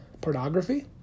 Pornography